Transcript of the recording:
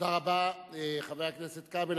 תודה רבה, חבר הכנסת כבל.